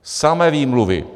Samé výmluvy.